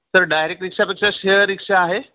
तर डायरेक्ट रिक्षापेक्षा शेअर रिक्षा आहे